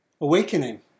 awakening